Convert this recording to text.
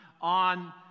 on